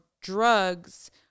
drugs